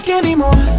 anymore